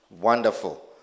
Wonderful